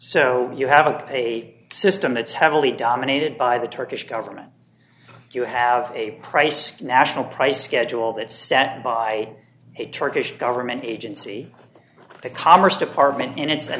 so you have a system that's heavily dominated by the turkish government you have a price national price schedule that's set by a turkish government agency the commerce department in its a